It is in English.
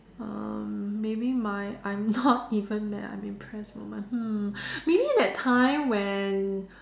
um maybe my I'm not even mad I'm impressed moment hmm maybe that time when